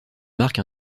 marque